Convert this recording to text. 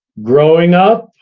growing up,